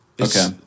Okay